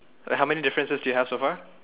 wait how many differences do you have so far